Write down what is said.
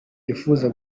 yifuza